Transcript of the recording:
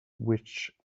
which